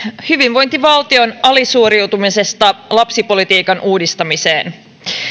hyvinvointivaltion alisuoriutumisesta lapsipolitiikan uudistamiseen